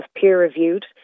peer-reviewed